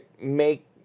make